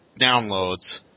downloads